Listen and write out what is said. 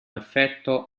effetto